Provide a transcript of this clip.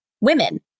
women